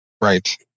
Right